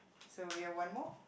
so we have one more